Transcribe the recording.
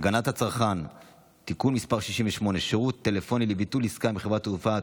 הגנת הצרכן (תיקון מס' 68) (שירות טלפוני לביטול עסקה עם חברת תעופה),